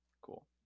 Cool